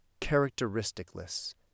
characteristicless